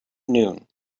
noon